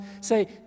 say